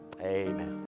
Amen